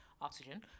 oxygen